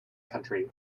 country